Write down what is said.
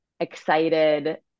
excited